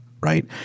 right